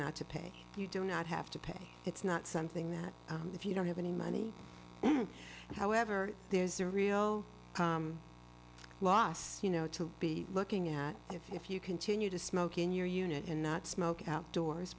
not to pay you do not have to pay it's not something that if you don't have any money and however there's a real loss you know to be looking at if you continue to smoke in your unit and not smoke outdoors